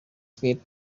sweet